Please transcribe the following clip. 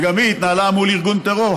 שגם היא התנהלה מול ארגון טרור,